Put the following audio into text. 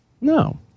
No